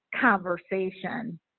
conversation